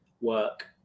work